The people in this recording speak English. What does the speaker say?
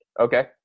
Okay